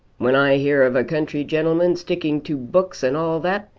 when i hear of a country gentleman sticking to books and all that,